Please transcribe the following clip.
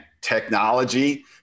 technology